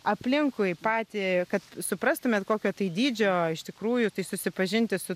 aplinkui patį kad suprastumėt kokio dydžio iš tikrųjų tai susipažinti su